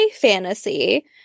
fantasy